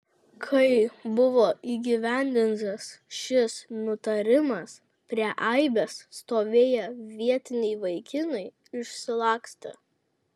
kai buvo įgyvendintas šis nutarimas prie aibės stovėję vietiniai vaikinai išsilakstė